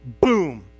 Boom